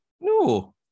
No